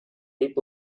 deep